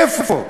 איפה?